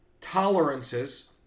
tolerances